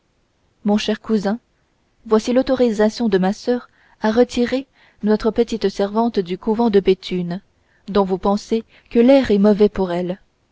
mon cher cousin voici l'autorisation de ma soeur à retirer notre petite servante du couvent de béthune dont vous pensez que l'air est mauvais pour elle